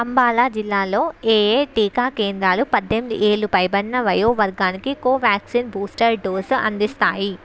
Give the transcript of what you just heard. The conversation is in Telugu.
అంబాలా జిల్లాలో ఏయే టీకా కేంద్రాలు పద్దెనిమిది ఏళ్ళు పైబడిన వయో వర్గానికి కోవ్యాక్సిన్ బూస్టర్ డోసు అందిస్తాయి